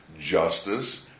justice